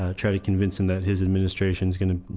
ah trying to convince them that his administration is going to,